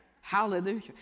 Hallelujah